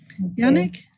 Yannick